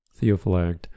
Theophylact